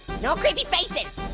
no creepy faces.